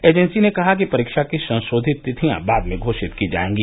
agency ने कहा कि परीक्षा की संशोधित तिथियां बाद में घोषित की जाएगी